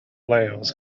layers